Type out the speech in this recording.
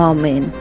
Amen